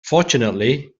fortunately